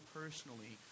personally